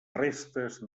restes